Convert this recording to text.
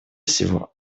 всего